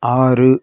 ஆறு